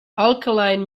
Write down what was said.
alkaline